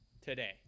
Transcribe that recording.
today